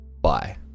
Bye